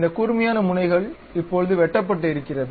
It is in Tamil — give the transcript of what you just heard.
இந்த கூர்மையான முனைகள் இப்பொழுது வெட்டபட்டு இருக்கிறது